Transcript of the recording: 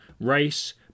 race